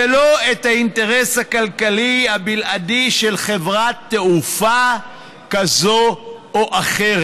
ולא את האינטרס הכלכלי הבלעדי של חברת תעופה זו או אחרת,